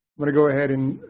going to go ahead and